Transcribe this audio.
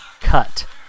Cut